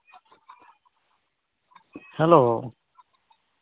hello